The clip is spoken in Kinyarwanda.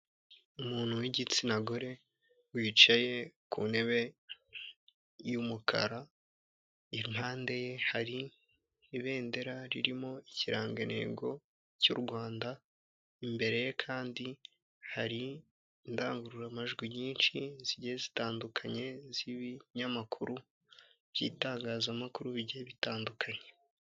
Umuntu w'igitsina gore wicaye ku ntebe y'umukara impande ye hari ibendera ririmo ikirangantego cy'u Rwanda imbere kandi hari indangururamajwi nyinshi zijye zitandukanye z'ibinyamakuru by'itangazamakuru bigiye bitandukanye.